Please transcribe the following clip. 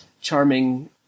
charming